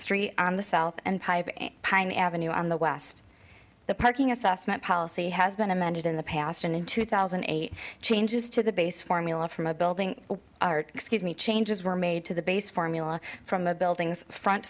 street on the south and pine avenue on the west the parking assessment policy has been amended in the past and in two thousand and eight changes to the base formula from a building excuse me changes were made to the base formula from a building's front